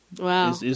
Wow